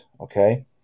okay